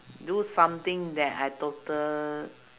do something that I total